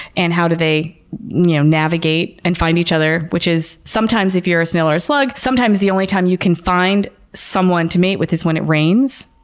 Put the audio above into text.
and how do they you know navigate and find each other? which is sometimes, if you're a snail or a slug, sometimes the only time you can find someone to mate with is when it rains.